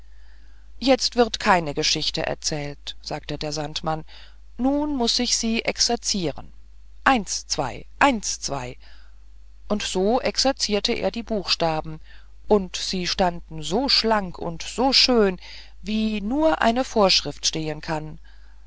jetzt wird keine geschichte erzählt sagte der sandmann nun muß ich sie exerzieren eins zwei eins zwei und so exerzierte er die buchstaben und sie standen so schlank und schön wie nur eine vorschrift stehen kann